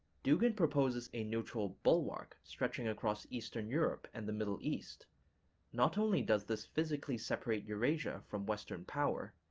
dugin proposes a neutral bulwark stretching across eastern europe and the middle east not only does this physically separate eurasia from western power,